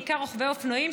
בעיקר רוכבי אופנועים,